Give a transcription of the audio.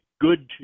good